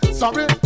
sorry